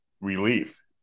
relief